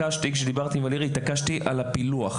התעקשתי על הפילוח,